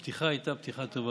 הפתיחה הייתה פתיחה טובה,